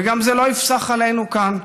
וזה לא יפסח גם עלינו כאן.